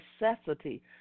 necessity